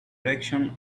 direction